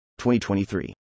2023